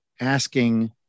asking